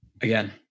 Again